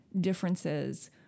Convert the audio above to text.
differences